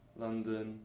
London